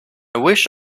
wish